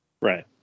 Right